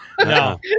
No